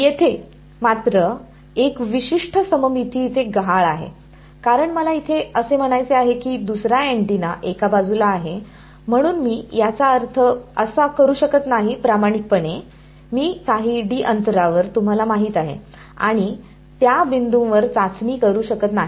येथे मात्र एक विशिष्ट सममिती इथे गहाळ आहे कारण मला असे म्हणायचे आहे की दुसरा अँटिना एका बाजूला आहे म्हणून मी याचा अर्थ असा करू शकत नाही प्रामाणिकपणे मी काही d अंतरावर तुम्हाला माहित आहे आणि त्या बिंदूवर चाचणी करू शकत नाही